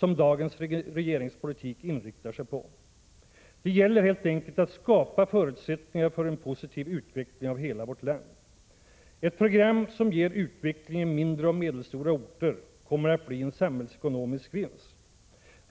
vilket dagens regeringspolitik inriktar sig på. Det gäller helt enkelt att skapa förutsättningar för en positiv utveckling av hela vårt land. Ett program som ger utveckling i mindre och medelstora orter kommer att bli en samhällsekonomisk vinst.